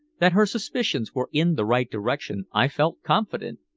that her suspicions were in the right direction i felt confident,